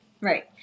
Right